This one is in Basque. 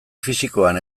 fisikoan